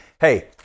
Hey